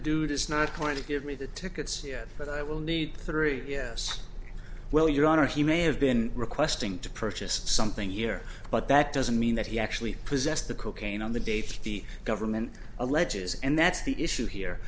dude is not going to give me the tickets yet but i will need three yes well your honor he may have been requesting to purchase something here but that doesn't mean that he actually possessed the cocaine on the date the government alleges and that's the issue here